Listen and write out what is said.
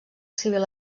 civil